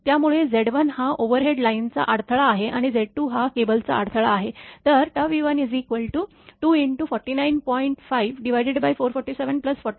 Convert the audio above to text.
त्यामुळे Z1 हा overhead लाईनचा अडथळा आहे आणि Z2हा केबलचा अडथळा आहे